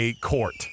court